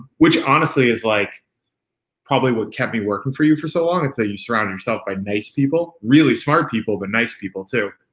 which honestly is like probably what kept me working for you for so long and say you surrounded yourself by nice people, really smart people, but nice people too.